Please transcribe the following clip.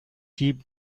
keep